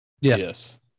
Yes